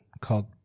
called